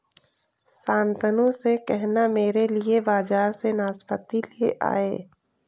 शांतनु से कहना मेरे लिए बाजार से नाशपाती ले आए